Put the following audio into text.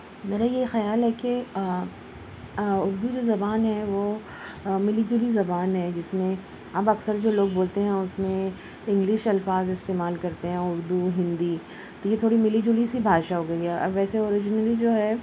میرا یہ خیال ہے کہ اردو جو زبان ہے وہ ملی جلی زبان ہے جس میں اب اکثر جو لوگ بولتے ہیں اس میں انگلش الفاظ استعمال کرتے ہیں اردو ہندی تو یہ تھوڑی ملی جلی سی بھاشا ہو گئی ہے ویسے اوریجنلی جو ہے